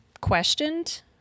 questioned